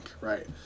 right